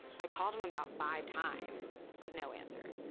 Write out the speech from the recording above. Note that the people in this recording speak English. i called him about five times, but no answer.